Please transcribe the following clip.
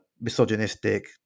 misogynistic